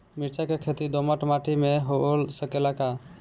मिर्चा के खेती दोमट माटी में हो सकेला का?